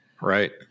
Right